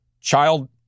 child